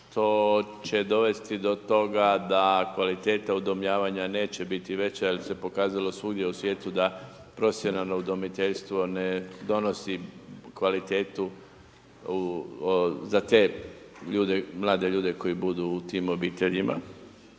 što će dovesti do toga da kvaliteta udomljavanja neće biti veća jer se pokazalo svugdje u svijetu da profesionalno udomiteljstvo ne donosi kvalitetu za te ljude, mlade ljude koji budu u tim obiteljima.